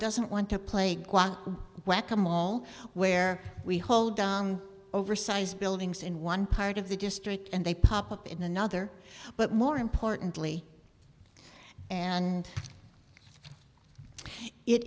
doesn't want to play whack a mall where we hold on oversized buildings in one part of the district and they pop up in another but more importantly and it